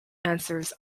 answers